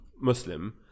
Muslim